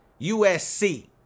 USC